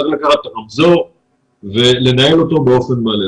צריך לקחת את הרמזור ולנהל אותו באופן מלא.